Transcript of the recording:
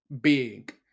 big